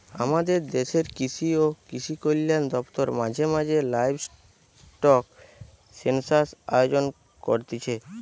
আমদের দেশের কৃষি ও কৃষিকল্যান দপ্তর মাঝে মাঝে লাইভস্টক সেনসাস আয়োজন করতিছে